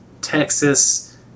texas